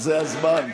זה הזמן.